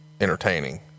entertaining